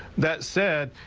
that said.